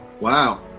Wow